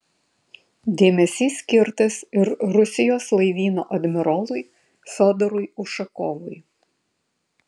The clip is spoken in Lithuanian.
dėmesys skirtas ir rusijos laivyno admirolui fiodorui ušakovui